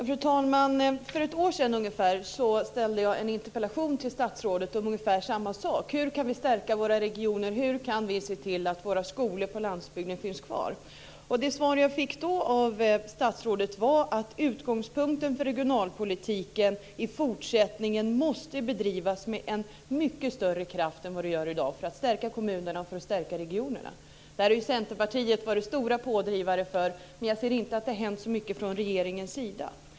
Fru talman! För ungefär ett år sedan ställde jag en interpellation till statsrådet om ungefär samma sak. Hur kan vi stärka våra regioner? Hur kan vi se till att våra skolor på landsbygden finns kvar? Det svar som jag fick då av statsrådet var att regionalpolitiken i fortsättningen måste bedrivas med en mycket större kraft än i dag för att man ska kunna stärka kommunerna och regionerna. Centerpartiet har varit en stor pådrivare när det gäller detta, men jag ser inte att det har hänt så mycket från regeringens sida.